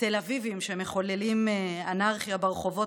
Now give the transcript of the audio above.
התל אביבים שמחוללים אנרגיה ברחובות